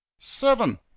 Seven